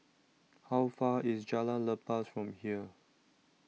How Far away IS Jalan Lepas from here